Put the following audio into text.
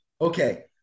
Okay